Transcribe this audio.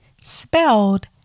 Spelled